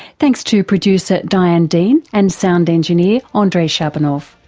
thanks to producer diane dean and sound engineer ah andrei shabunov.